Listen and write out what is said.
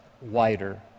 wider